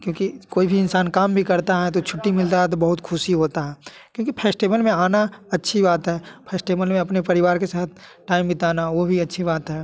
क्योंकि कोई भी इंसान काम है तो छुट्टी मिलता है तो बहुत खुशी होता है क्योंकि फेस्टेबल में आना अच्छी बात है फेस्टेबल में अपने परिवार के साथ टाइन बिताना वो भी अच्छी बात है